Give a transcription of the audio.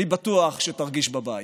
אני בטוח שתרגיש בבית.